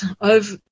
over